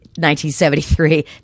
1973